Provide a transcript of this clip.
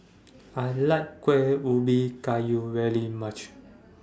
I like Kuih Ubi Kayu very much